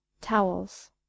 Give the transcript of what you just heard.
towels